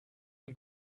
ein